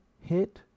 hit